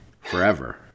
Forever